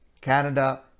Canada